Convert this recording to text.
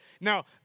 Now